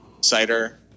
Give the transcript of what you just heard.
Cider